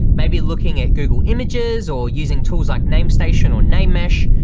maybe looking at google images or using tools like namestation or name mesh,